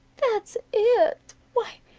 that's it! why,